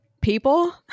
people